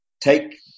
take